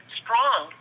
strong